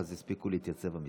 אז יספיקו להתייצב במשרד.